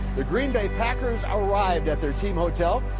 the green bay packers arrived at their team hotel.